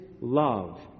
love